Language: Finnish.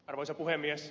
arvoisa puhemies